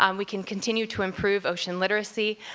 um we can continue to improve ocean literacy,